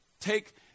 take